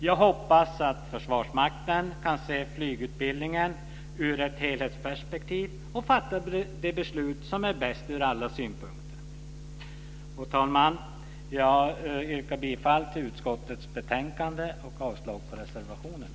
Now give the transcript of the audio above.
Jag hoppas att Försvarsmakten kan se flygutbildningen ur ett helhetsperspektiv och fatta det beslut som är bäst ur alla synpunkter. Fru talman! Jag yrkar bifall till förslaget i utskottets betänkande och avslag på reservationerna.